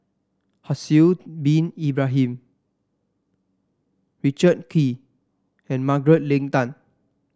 Haslir Bin Ibrahim Richard Kee and Margaret Leng Tan